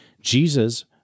Jesus